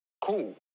cool